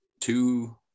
two